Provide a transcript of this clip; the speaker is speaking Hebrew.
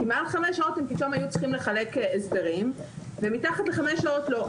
כי מעל חמש שעות הם פתאום היו צריכים לחלק הסברים ומתחת לחמש שעות לא.